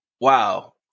Wow